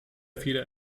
fehler